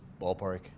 ballpark